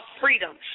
freedom